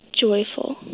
joyful